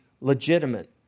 legitimate